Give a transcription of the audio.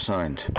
Signed